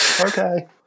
okay